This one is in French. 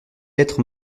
lettre